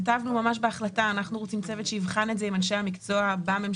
כתבנו ממש בהחלטה: אנחנו רוצים צוות שיבחן את זה עם אנשי המקצוע בממשלה.